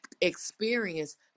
experience